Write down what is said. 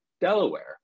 Delaware